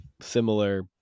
similar